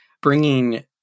bringing